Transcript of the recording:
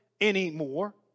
anymore